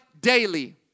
daily